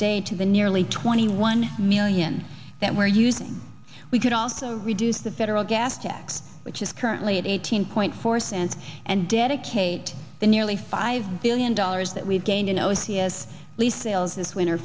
day to the nearly twenty one million that we're using we could also reduce the federal gas tax which is currently at eighteen point four cent and dedicate the nearly five billion dollars that we've gained in o c s least sales this winter